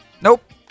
nope